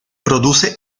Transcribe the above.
produce